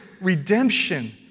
redemption